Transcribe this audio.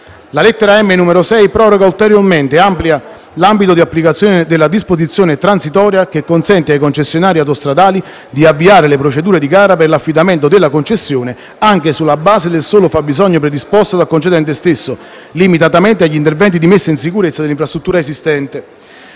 La lettera *mm)*, numero 6, proroga ulteriormente e amplia l'ambito di applicazione della disposizione transitoria che consente ai concessionari autostradali di avviare le procedure di gara per l'affidamento della concessione anche sulla base del solo fabbisogno predisposto dal concedente stesso, limitatamente agli interventi di messa in sicurezza dell'infrastruttura esistente.